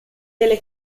delle